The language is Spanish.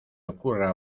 ocurra